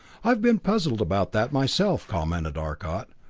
i've been puzzled about that myself, commented arcot,